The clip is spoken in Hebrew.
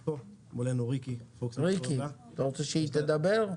אתה רוצה שהיא תדבר?